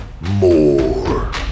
More